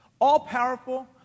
all-powerful